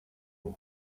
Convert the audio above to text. imwe